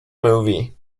movie